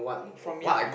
from young ah